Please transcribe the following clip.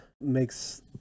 makes